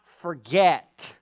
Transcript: forget